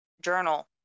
journal